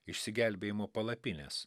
išsigelbėjimo palapinės